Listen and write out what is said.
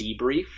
debrief